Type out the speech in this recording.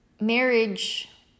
Marriage